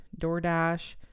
DoorDash